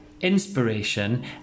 inspiration